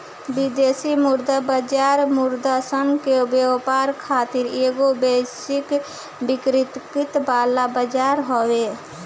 विदेशी मुद्रा बाजार मुद्रासन के व्यापार खातिर एगो वैश्विक विकेंद्रीकृत वाला बजार हवे